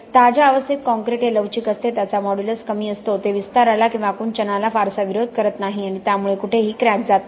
ताज्या अवस्थेत काँक्रीट हे लवचिक असते त्याचा मॉड्यूलस कमी असतो ते विस्ताराला किंवा आकुंचनला फारसा विरोध करत नाही आणि त्यामुळे कुठेही क्रक जात नाही